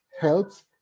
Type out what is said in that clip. helps